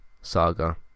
saga